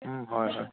হয় হয়